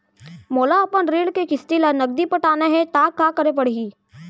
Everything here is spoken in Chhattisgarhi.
मोला अपन ऋण के किसती ला नगदी पटाना हे ता का करे पड़ही?